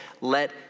let